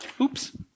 oops